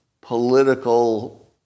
political